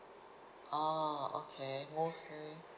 ah okay mostly